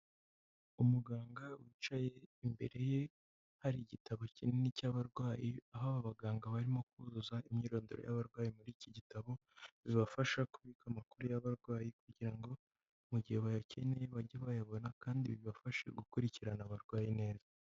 Umuganga wicaye imbere ye hari igitabo kinini cy'abarwayi aho abaganga barimo kuzuza imyirondoro y'abarwayi muri iki gitabo zibafasha kubika amakuru y'abarwayi kugira ngo mu gihe bayakeneye bajye bayabona kandi bibafashe gukurikirana abarwaye neza.